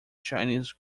chinese